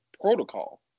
protocol